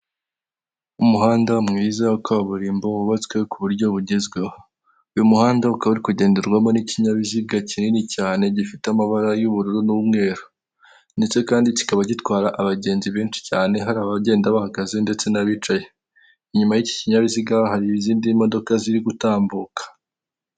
Umuhanda mwiza wa kaburimbo wubatswe ku buryo bugezweho, uyu muhanda ukaba uri kugenderwamo n'ikinyabiziga kinini cyane gifite amabara y'ubururu n'umweru ndetse kandi kikaba gitwara abagenzi benshi cyane, hari abagenda bahagaze ndetse n'abicaye, inyuma y'iki kinyabiziga hari izindi modoka ziri gutambuka.